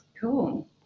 Cool